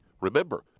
Remember